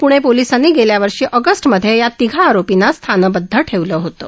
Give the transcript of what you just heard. प्णे पोलिसांनी गेल्यावर्षी ऑगस्टमध्ये या तिघा आरोपींना स्थानबद्ध ठेवलं होतं